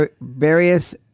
various